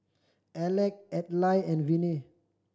Alec Adlai and Viney